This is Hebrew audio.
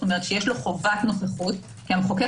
כלומר שיש לו חובת נוכחות כי המחוקק